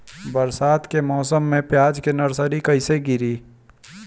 बरसात के मौसम में प्याज के नर्सरी कैसे गिरी?